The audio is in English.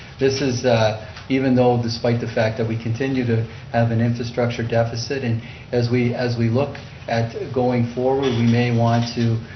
this is even though despite the fact that we continue to have an infrastructure deficit. and as we as we look at going forward we may want to